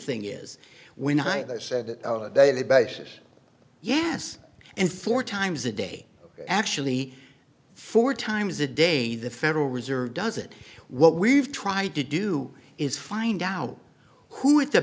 thing is when i said daily basis yes and four times a day actually four times a day the federal reserve does it what we've tried to do is find out who